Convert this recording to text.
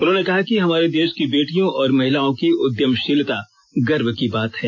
उन्होंने कहा कि हमारे देष की बेटियों और महिलाओं की उद्यमपीलता गर्व की बात है